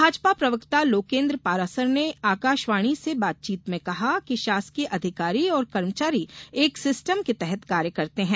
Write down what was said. भाजपा प्रवक्ता लोकेन्द्र पारासर ने आकाशवाणी से बातचीत में कहा कि शासकीय अधिकारी और कर्मचारी एक सिस्टम के तहत कार्य करते हैं